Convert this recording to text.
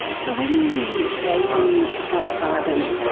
so when you gave them psilocybin,